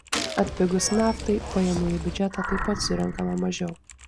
atpigus naftai pajamų į biudžetą taip pat surenkama mažiau